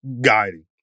guiding